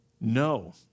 No